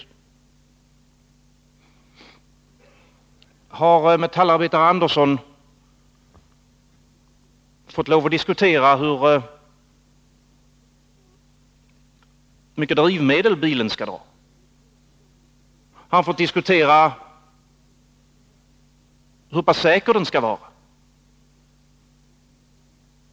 Har metallarbetare Andersson fått diskutera hur mycket drivmedel bilen skall dra? Har han fått diskutera hur säker den skall vara?